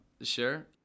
Sure